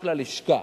רק ללשכה,